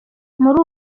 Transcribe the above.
muri